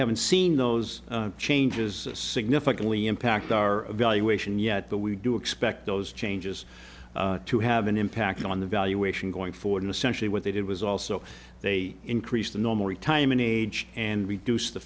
haven't seen those changes significantly impact our evaluation yet but we do expect those changes to have an impact on the valuation going forward in essentially what they did was also they increase the normal retirement age and reduce the